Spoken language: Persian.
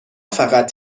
فقط